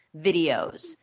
videos